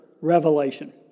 revelation